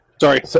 Sorry